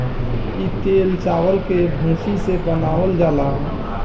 इ तेल चावल के भूसी से बनावल जाला